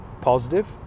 positive